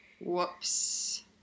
whoops